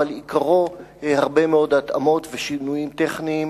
אבל עיקרו הרבה מאוד התאמות ושינויים טכניים